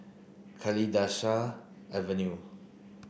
Kalidasa Avenue